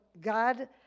God